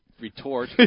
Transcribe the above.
retort